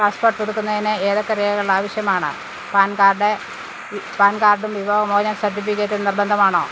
passport പുതുക്കുന്നതിന് ഏതൊക്കെ രേഖകൾ ആവശ്യമാണ് പാൻ കാർഡ് പാൻ കാർഡും വിവാഹമോചന സർട്ടിഫിക്കറ്റും നിർബന്ധമാണോ